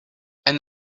and